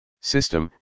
System